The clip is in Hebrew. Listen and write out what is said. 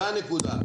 זאת הנקודה.